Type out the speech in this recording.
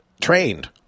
trained